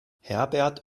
herbert